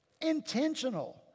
intentional